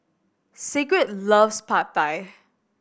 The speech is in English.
Sigrid loves Pad Thai